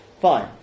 Fine